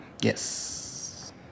Yes